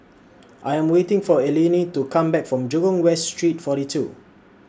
I Am waiting For Eleni to Come Back from Jurong West Street forty two